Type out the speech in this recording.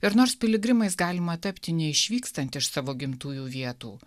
ir nors piligrimais galima tapti neišvykstant iš savo gimtųjų vietų